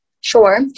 Sure